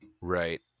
Right